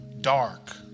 dark